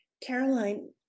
Caroline